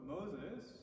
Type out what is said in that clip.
Moses